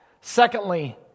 Secondly